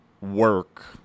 work